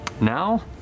Now